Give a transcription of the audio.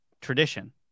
tradition